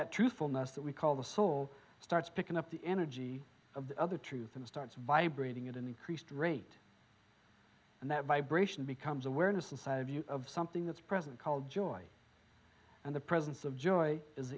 that truthfulness that we call the soul starts picking up the energy of the other truth and starts vibrating at an increased rate and that vibration becomes awareness inside of you of something that's present called joy and the presence of joy is